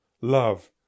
love